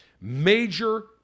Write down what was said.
major